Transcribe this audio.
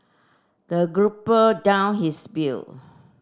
the group down his bill